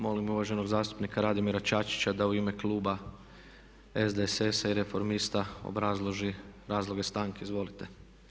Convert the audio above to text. Molim uvaženog zastupnika Radimira Čačića da u ime kluba SDSS-a i Reformista obrazloži razloge stanke, izvolite.